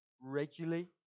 regularly